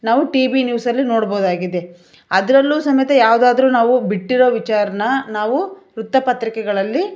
ನಾವು TV ನ್ಯೂಸಲ್ಲಿ ನೋಡ್ಬೋದಾಗಿದೆ ಅದರಲ್ಲೂ ಸಮೇತ ಯಾವ್ದಾದ್ರೂ ನಾವು ಬಿಟ್ಟಿರೋ ವಿಚಾರಾನ ನಾವು ವೃತ್ತಪತ್ರಿಕೆಗಳಲ್ಲಿ